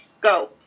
go